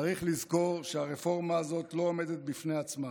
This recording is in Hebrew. צריך לזכור שהרפורמה הזאת לא עומדת בפני עצמה.